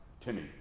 Timmy